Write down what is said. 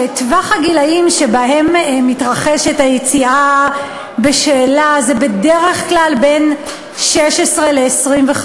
שטווח הגילים שבהם מתרחשת היציאה בשאלה זה בדרך בין 16 ל-25.